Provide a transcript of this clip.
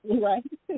Right